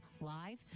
live